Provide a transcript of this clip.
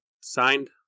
signed